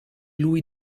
lui